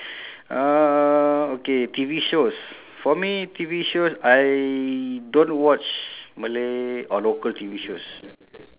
uh okay T_V shows for me T_V shows I don't watch malay or local T_V shows